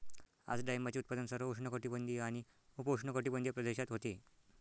आज डाळिंबाचे उत्पादन सर्व उष्णकटिबंधीय आणि उपउष्णकटिबंधीय प्रदेशात होते